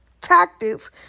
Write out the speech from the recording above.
tactics